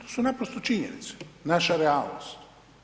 To su naprosto činjenice, naša realnost.